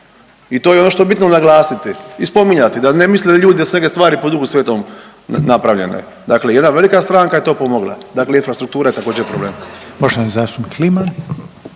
i to je ono što je bitno naglasiti i spominjati da ne misle ljudi da se neke stvari po Duhu Svetom napravljene. Dakle jedna velika stranka je to pomogla, dakle infrastruktura je također, problem.